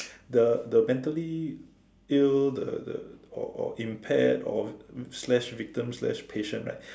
the the mentally ill the the or or impaired or slash victims slash patient right